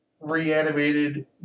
reanimated